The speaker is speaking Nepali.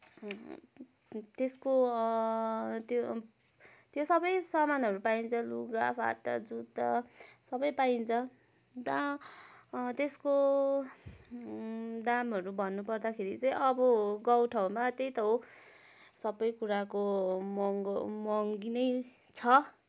त्यसको त्यो त्यो सबै सामानहरू पाइन्छ लुगा फाटा जुत्ता सबै पाइन्छ अन्त त्यसको दामहरू भन्नु पर्दाखेरि चाहिँ अब गाउँठाउँमा त्यही त हो सबै कुराको महँगो महँगी नै छ